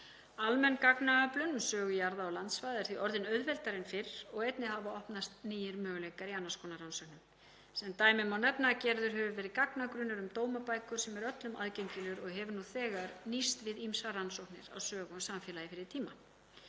Almenn gagnaöflun um sögu jarða og landsvæði er því orðin auðveldari en fyrr og einnig hafa opnast nýir möguleikar í annars konar rannsóknum. Sem dæmi má nefna að gerður hefur verið gagnagrunnur um dómabækur sem er öllum aðgengilegur og hefur nú þegar nýst við ýmsar rannsóknir á sögu og samfélagi fyrri tíma.